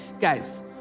Guys